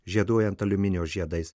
žieduojant aliuminio žiedais